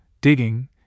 digging